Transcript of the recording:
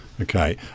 okay